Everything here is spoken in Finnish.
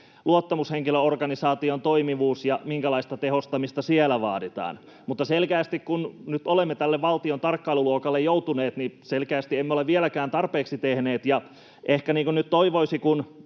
luottamushenkilöorganisaation toimivuus ja minkälaista tehostamista siellä vaaditaan. Mutta kun nyt olemme tälle valtion tarkkailuluokalle joutuneet, niin selkeästi emme ole vieläkään tarpeeksi tehneet. Ehkä nyt toivoisi,